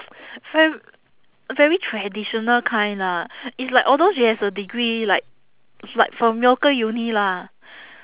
ve~ very traditional kind lah it's like although she has a degree like like from local uni lah